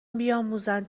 بیاموزند